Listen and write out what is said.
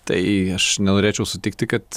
tai aš nenorėčiau sutikti kad